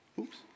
Oops